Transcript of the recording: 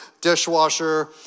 dishwasher